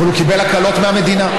אבל הוא קיבל הקלות מהמדינה.